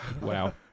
Wow